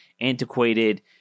antiquated